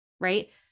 right